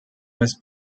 was